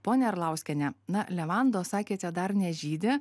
ponia arlauskiene na levandos sakėte dar nežydi